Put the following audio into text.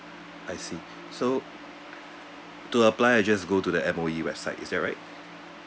I see so to apply I just go to the M_O_E website is that right